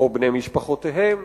או בני-משפחותיהם.